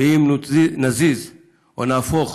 ואם נזיז או נהפוך